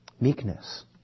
meekness